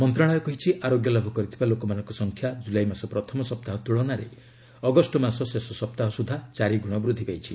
ମନ୍ତ୍ରଣାଳୟ କହିଛି ଆରୋଗ୍ୟ ଲାଭ କରିଥିବା ଲୋକମାନଙ୍କ ସଂଖ୍ୟା ଜୁଲାଇ ମାସ ପ୍ରଥମ ସପ୍ତାହ ତ୍କଳନାରେ ଅଗଷ୍ଟ ମାସ ଶେଷ ସପ୍ତାହ ସୁଦ୍ଧା ଚାରିଗୁଣ ବୃଦ୍ଧି ପାଇଛି